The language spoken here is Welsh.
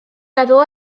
meddwl